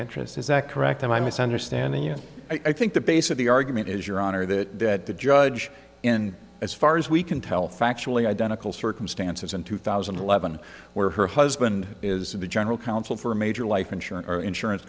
interest is that correct am i misunderstanding you and i think the base of the argument is your honor that the judge in as far as we can tell factually identical circumstances in two thousand and eleven where her husband is the general counsel for a major life insurance or insurance